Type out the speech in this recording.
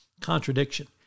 contradiction